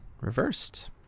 reversed